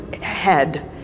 head